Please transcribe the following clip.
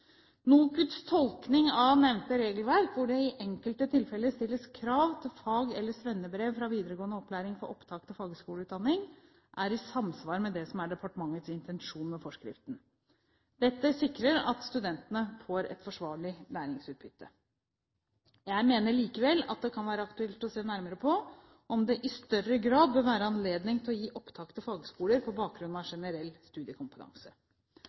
NOKUTs tolkning av nevnte regelverk, hvor det i enkelte tilfeller stilles krav til fag- eller svennebrev fra videregående opplæring for opptak til fagskoleutdanning, er i samsvar med det som er departementets intensjon med forskriften. Dette sikrer at studentene får et forsvarlig læringsutbytte. Jeg mener likevel at det kan være aktuelt å se nærmere på om det i større grad bør være anledning til å gi opptak til fagskoler på bakgrunn av generell studiekompetanse.